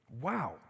Wow